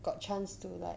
got chance to like